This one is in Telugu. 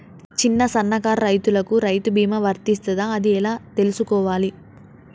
చిన్న సన్నకారు రైతులకు రైతు బీమా వర్తిస్తదా అది ఎలా తెలుసుకోవాలి?